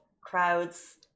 crowds